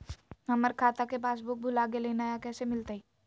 हमर खाता के पासबुक भुला गेलई, नया कैसे मिलतई?